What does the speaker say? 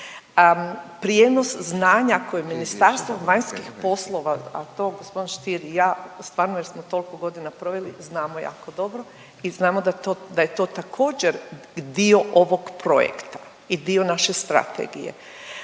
Prijenos znanja koje Ministarstvo vanjskih poslova, a to g. Stier i ja stvarno, jer smo tolko godina proveli, znamo jako dobro i znamo da to, da je to također dio ovog projekta i dio naše strategije,